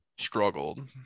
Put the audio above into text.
Struggled